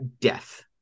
Death